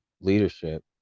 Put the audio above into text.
leadership